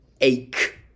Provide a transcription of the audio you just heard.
Ache